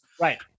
Right